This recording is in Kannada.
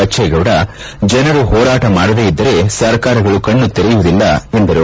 ಬಚ್ಡೀಗೌಡ ಜನರು ಹೋರಾಟ ಮಾಡದೇ ಇದ್ದರೆ ಸರ್ಕಾರಗಳು ಕಣ್ಣು ತೆರೆಯುವುದಿಲ್ಲ ಎಂದರು